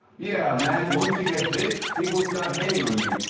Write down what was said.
yeah, man. once you get big, people start hating on you.